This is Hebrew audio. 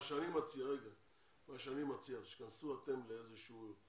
מה שאני מציע זה שתיכנסו אתם לאיזה שהוא,